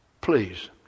Please